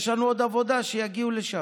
יש לנו עוד עבודה שיגיעו לשם.